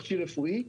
תכשיר רפואי.